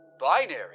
Binary